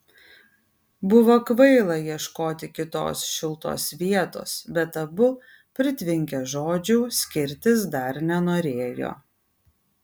buvo kvaila ieškoti kitos šiltos vietos bet abu pritvinkę žodžių skirtis dar nenorėjo